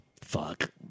fuck